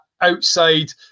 outside